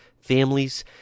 families